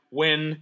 win